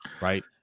right